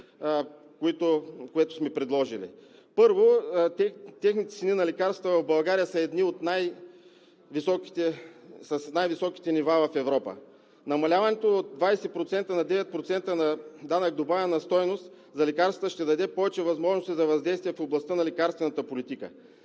което сме предложили. Първо, цените на лекарствата в България са с едни с най-високите нива в Европа. Намаляването от 20% на 9% на данък добавена стойност за лекарствата ще даде повече възможности за въздействие в областта на лекарствената политика.